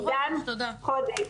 עידן, חודש.